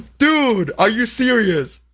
dude, are you serious!